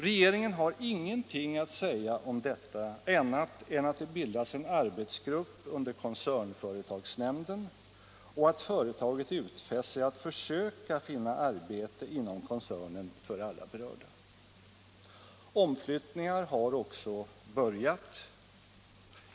Regeringen har ingenting att säga om detta annat än att det bildats en arbetsgrupp under koncernföretagsnämnden och att företaget utfäst sig att försöka finna arbete inom koncernen för alla berörda. Omflyttningar har också börjat.